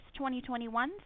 2021